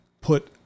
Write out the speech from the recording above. put